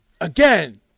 Again